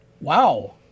Wow